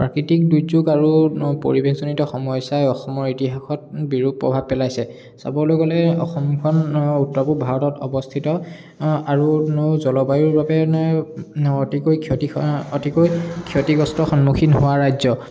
প্ৰাকৃতিক দুৰ্যোগ আৰু পৰিৱেশজনিত সমস্যাই অসমৰ ইতিহাসত বিৰূপ প্ৰভাৱ পেলাইছে চাবলৈ গ'লে অসমখন উত্তৰ পূব ভাৰতত অৱস্থিত আৰু জলবায়ুৰ বাবে অতিকৈ ক্ষতি অতিকৈ ক্ষতিগ্ৰস্থ সন্মুখীন হোৱা ৰাজ্য